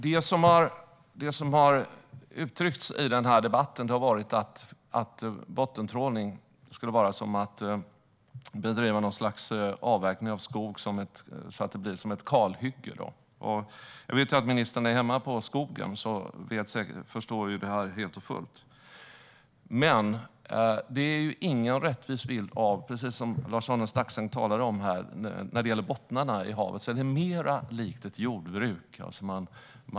Det som har uttryckts i denna debatt har varit att bottentrålning skulle vara som att bedriva något slags avverkning av skog, så att det blir som ett kalhygge. Jag vet att ministern är hemma på skogen och förstår detta helt och fullt, men det är ingen rättvis bild. Det är precis som Lars-Arne Staxäng talar om här. När det gäller bottnarna i havet är det mer likt ett jordbruk.